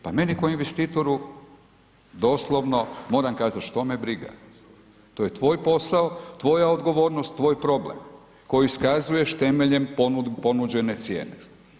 Pa meni ko investitoru doslovno, moram kazat što me briga, to je tvoj posao, tvoja odgovornost, tvoj problem koji iskazuješ temelje ponuđene cijene.